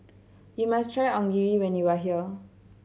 you must try Onigiri when you are here